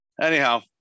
anyhow